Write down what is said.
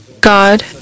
God